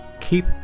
keep